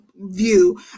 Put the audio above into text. View